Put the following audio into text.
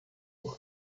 por